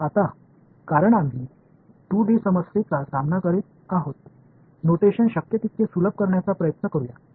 आता कारण आम्ही 2 डी समस्येचा सामना करीत आहोत नोटेशन शक्य तितके सुलभ करण्याचा प्रयत्न करूया